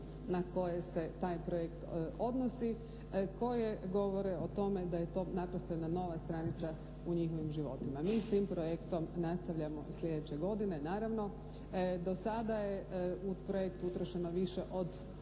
na koje se taj projekt odnosi, koje govore o tome da je to naprosto jedna nova stranica u njihovim životima. Mi s tim projektom nastavljamo i sljedeće godine, naravno. Do sada je u projekt utrošeno više od